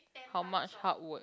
how much hard work